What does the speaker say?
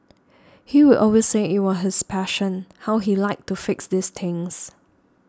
he will always say it was his passion how he liked to fix these things